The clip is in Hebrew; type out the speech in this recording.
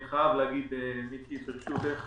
אני חייב להגיד, מיקי, ברשותך,